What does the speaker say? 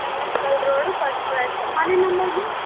Sanganakal road first cross ಮನೆ number ma'am